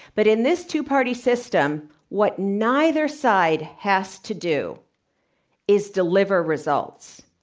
but in this two-party system, what neither side has to do is deliver results,